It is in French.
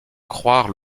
croire